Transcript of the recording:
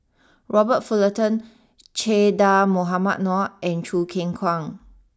Robert Fullerton Che Dah Mohamed Noor and Choo Keng Kwang